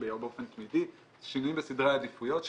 משינויים בסדרי עדיפויות,